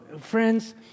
Friends